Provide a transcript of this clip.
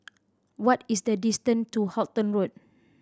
what is the distance to Halton Road